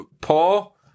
Paul